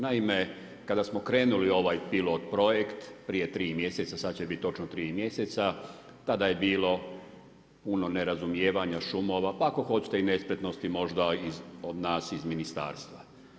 Naime, kada smo krenuli u ovaj pilot projekt prije tri mjeseca sad će biti točno tri mjeseca tada je bilo puno nerazumijevanja, šumova, pa ako hoćete i nespretnosti možda nas iz ministarstva.